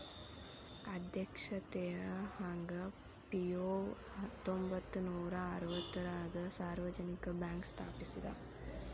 ಅಧ್ಯಕ್ಷ Teh Hong Piow ಹತ್ತೊಂಬತ್ ನೂರಾ ಅರವತ್ತಾರಗ ಸಾರ್ವಜನಿಕ ಬ್ಯಾಂಕ್ ಸ್ಥಾಪಿಸಿದ